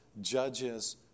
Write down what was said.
judges